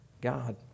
God